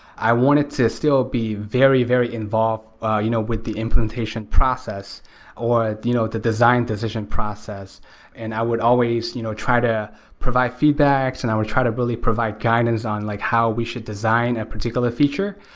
i wanted to still be very, very involved you know with the implementation process or the you know the design decision process and i would always you know try to provide feedbacks and i would try to really provide guidance on like how we should design a particular feature.